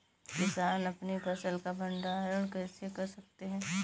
किसान अपनी फसल का भंडारण कैसे कर सकते हैं?